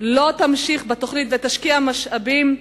לא תמשיך בתוכנית ותשקיע משאבים,